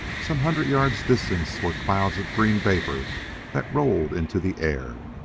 some hundred yards distant were clouds of green vapor that rolled into the air.